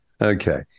Okay